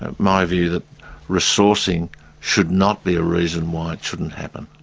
ah my view that resourcing should not be a reason why it shouldn't happen.